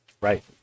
right